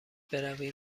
برویم